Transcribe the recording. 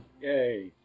Yay